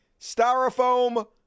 styrofoam